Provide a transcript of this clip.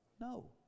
No